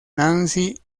nancy